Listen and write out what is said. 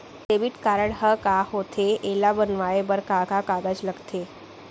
Debit card ह का होथे एला बनवाए बर का का कागज लगथे?